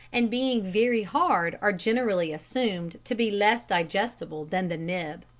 and being very hard are generally assumed to be less digestible than the nib.